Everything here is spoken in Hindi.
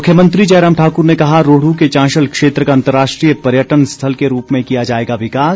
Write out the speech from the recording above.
मुख्यमंत्री जयराम ठाकुर ने कहा रोहडू के चांशल क्षेत्र का अंतर्राष्ट्रीय पर्यटन स्थल के रूप में किया जाएगा विकास